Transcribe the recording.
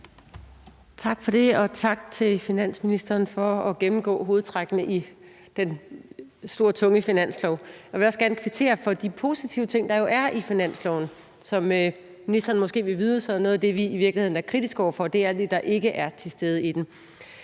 Tak for det, og tak til finansministeren for at gennemgå hovedtrækkene i det store, tunge forslag til finanslov. Jeg vil også gerne kvittere for de positive ting, der jo er i forslaget til finanslov. Som ministeren måske vil vide, er noget af det, vi i virkeligheden er kritiske over for, det, der ikke er til stede i det.